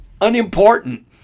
unimportant